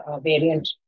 variant